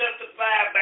justified